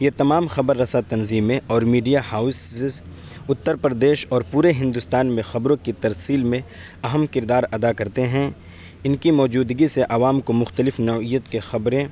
یہ تمام خبر رساں تنظیمیں اور میڈیا ہاؤسز اتّر پردیس اور پورے ہندوستان میں خبروں کی ترسیل میں اہم کردار ادا کرتے ہیں ان کی موجودگی سے عوام کو مختلف نوعیت کے خبریں